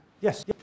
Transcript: Yes